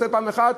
הוא עושה פעם אחת,